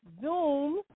Zoom